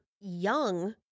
young